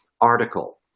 article